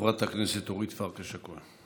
חברת הכנסת אורית פרקש הכהן.